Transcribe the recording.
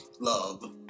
love